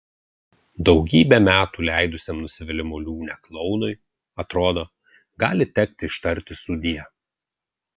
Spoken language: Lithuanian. daugybę metų leidusiam nusivylimų liūne klounui atrodo gali tekti ištarti sudie